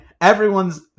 everyone's